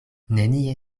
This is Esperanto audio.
nenie